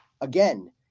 again